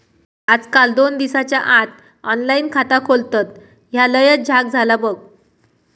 आजकाल तर दोन तीन दिसाच्या आत ऑनलाइन खाता खोलतत, ह्या लयच झ्याक झाला बघ